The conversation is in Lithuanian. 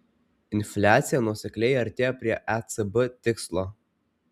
infliacija nuosekliai artėja prie ecb tikslo